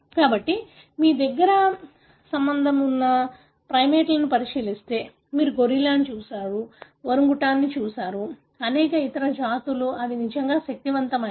కాబట్టి మీరు మా దగ్గరి సంబంధం ఉన్న ప్రైమేట్లను పరిశీలిస్తే మీరు గొరిల్లాను చూస్తారు మీరు ఒరంగుటాన్ను చూస్తారు అనేక ఇతర జాతులు అవి నిజంగా శక్తివంతమైనవి